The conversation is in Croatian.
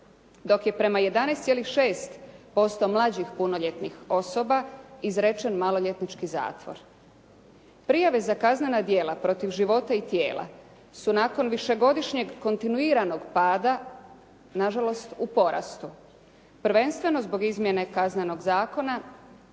dok je prema 11,6% mlađih punoljetnih osoba izrečen maloljetnički zatvor. Prijave za kaznena djela protiv života i tijela su nakon višegodišnjeg kontinuiranog pada, na žalost u porastu. Prvenstveno zbog izmjene Kaznenog zakona,